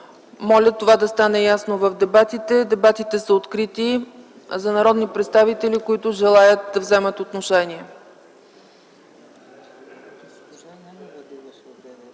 Моля това да стане ясно в дебатите. Дебатите са открити за народни представители, които желаят да вземат отношение.